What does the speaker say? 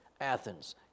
Athens